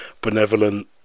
benevolent